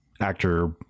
actor